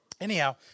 anyhow